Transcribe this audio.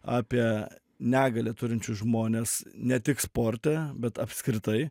apie negalią turinčius žmones ne tik sporte bet apskritai